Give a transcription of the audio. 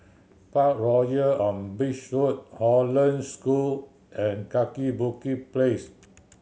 Parkroyal on Beach Road Hollandse School and Kaki Bukit Place